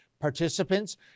participants